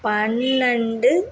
பன்னெரெண்டு